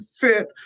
fit